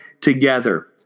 together